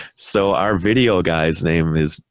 so our video guy's name is,